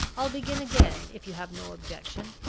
i'll begin again, if you have no objection.